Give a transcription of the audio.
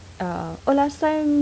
err oh last time